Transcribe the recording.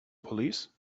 police